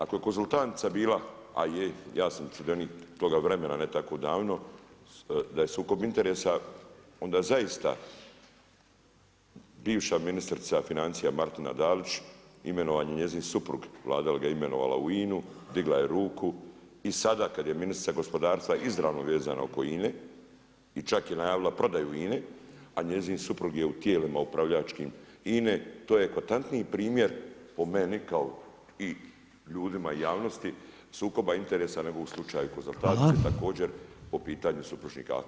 Ako je „Konzultantica“ bila a je, ja sam sudionik toga vremena ne tako davno, da je sukob interesa, onda zaista, bivša ministrica financija Martina Dalić, imenovan je njezin suprug, Vlada ga je imenovala u INA-e, digla je ruku i sada kad je ministrica gospodarstva izravno vezana oko INA-e i čak je najavila prodaju INA-e a njezin suprug je u tijela upravljačkim INA-e, to je eklatantni primjer po meni kao i ljudima, javnosti, sukoba interesa nego u slučaju „Konzultantica“ također po pitanju supružnika.